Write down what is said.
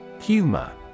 Humor